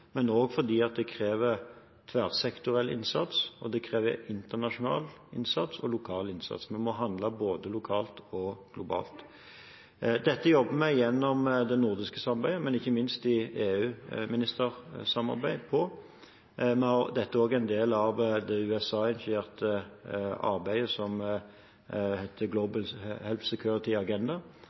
men òg fordi det krever tverrsektoriell innsats, internasjonal innsats og lokal innsats. Vi må handle både lokalt og globalt. Dette jobber vi med gjennom det nordiske samarbeidet, men ikke minst gjennom EU-ministersamarbeid. Dette er òg en del av det USA-initierte arbeidet Global Health Security Agenda, som vi òg deltar aktivt i. Jeg skal delta på et